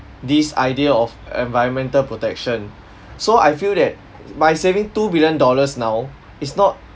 this idea of environmental protection so I feel that by saving two billion dollars now it's not